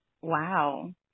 Wow